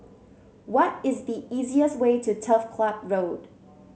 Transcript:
what is the easiest way to Turf Club Road